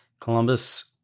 Columbus